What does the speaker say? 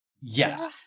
Yes